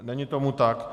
Není tomu tak.